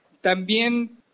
¿También